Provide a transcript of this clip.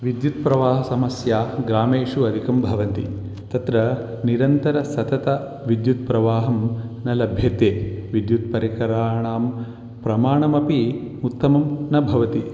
विद्युत्प्रवाहसमस्या ग्रामेषु अधिकं भवति तत्र निरन्तरः सततः विद्युत् प्रवाहः न लभ्यते विद्युत् परिकराणां प्रमाणमपि उत्तमं न भवति